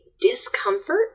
discomfort